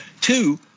two